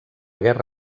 guerra